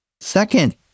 Second